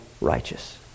righteous